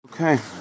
Okay